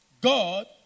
God